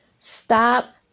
stop